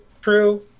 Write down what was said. true